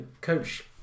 Coach